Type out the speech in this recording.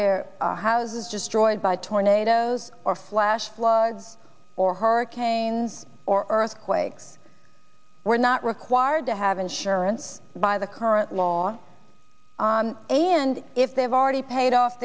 their houses just joined by tornadoes or flash floods or hurricanes or earthquakes were not required to have insurance by the current law on a and if they've already paid off